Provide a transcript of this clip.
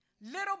Little